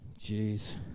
Jeez